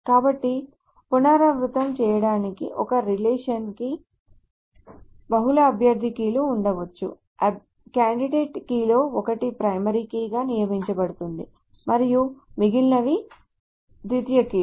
కాబట్టి పునరావృతం చేయడానికి ఒక రిలేషన్ కి బహుళ అభ్యర్థి కీలు ఉండవచ్చు అభ్యర్థి కీలలో ఒకటి ప్రైమరీ కీగా నియమించబడుతుంది మరియు మిగిలినవి ద్వితీయ కీలు